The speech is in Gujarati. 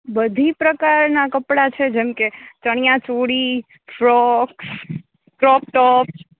બધી પ્રકારના કપડાં છે જેમકે ચણિયા ચોડી ફ્રૉક ક્રોપ ટોપ